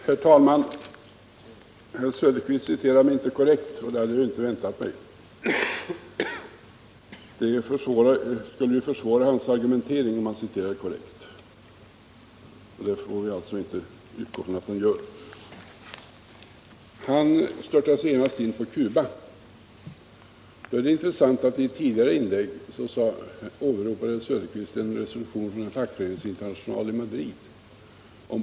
Herr talman! Herr Söderqvist citerade mig inte korrekt, och det hade jag inte väntat mig. Det skulle försvåra hans argumentering, om han citerarade mig korrekt, och därför kan vi utgå från att han inte gör det. Han störtade sig genast in på Cuba. Det intressanta är då att herr Söderqvist i ett tidigare inlägg åberopade en resolution om bojkott från en fackföreningsinternational i Madrid.